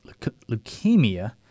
leukemia